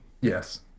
Yes